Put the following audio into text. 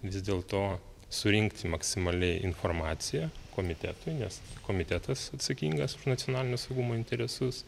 vis dėlto surinkti maksimaliai informaciją komitetui nes komitetas atsakingas už nacionalinio saugumo interesus